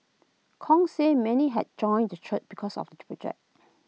Kong said many had joined the church because of the project